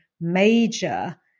major